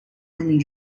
همین